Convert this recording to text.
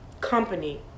company